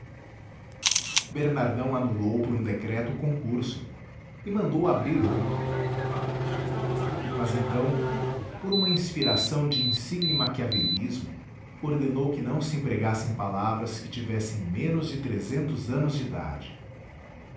bernardão anulou por um decreto o concurso e mandou abrir outro mas então por uma inspiração de insigne maquiavelismo ordenou que não se empregassem palavras que tivessem menos de trezentos anos de idade